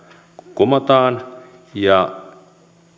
kumotaan ja